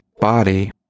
body